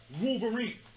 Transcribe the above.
Wolverine